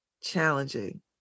challenging